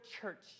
church